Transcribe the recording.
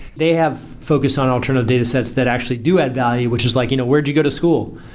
they have focused on alternative data sets that actually do add value, which is like you know where'd you go to school?